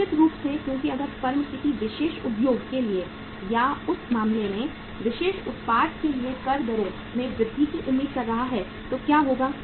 निश्चित रूप से क्योंकि अगर फर्म किसी विशेष उद्योग के लिए या उस मामले में विशेष उत्पाद के लिए कर दरों में वृद्धि की उम्मीद कर रहा है तो क्या होगा